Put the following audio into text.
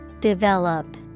Develop